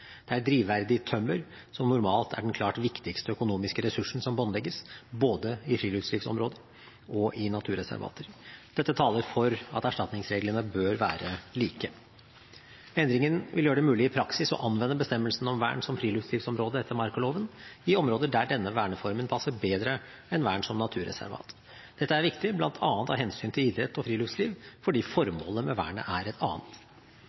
Det er drivverdig tømmer som normalt er den klart viktigste økonomiske ressursen som båndlegges, både i friluftslivsområder og i naturreservater. Dette taler for at erstatningsreglene bør være like. Endringen vil gjøre det mulig i praksis å anvende bestemmelsen om vern som friluftslivsområde etter markaloven i områder der denne verneformen passer bedre enn vern som naturreservat. Dette er viktig bl.a. av hensyn til idrett og friluftsliv, fordi formålet med vernet er et annet.